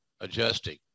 adjusting